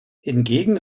hingegen